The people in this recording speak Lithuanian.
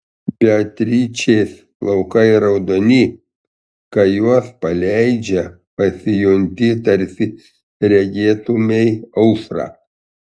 beatričės plaukai raudoni kai juos paleidžia pasijunti tarsi regėtumei aušrą